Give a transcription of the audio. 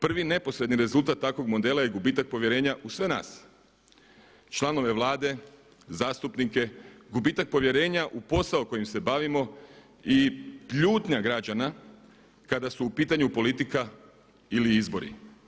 Prvi neposredni rezultat takvog modela je gubitak povjerenja u sve nas, članove Vlade, zastupnike, gubitak povjerenja u posao kojim se bavimo i ljutnja građana kada su u pitanju politika ili izbori.